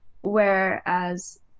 whereas